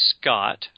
Scott